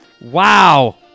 Wow